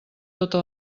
tota